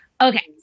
Okay